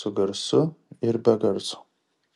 su garsu ir be garso